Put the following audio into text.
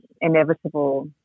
inevitable